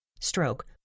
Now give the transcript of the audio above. stroke